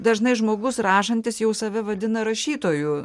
dažnai žmogus rašantis jau save vadina rašytoju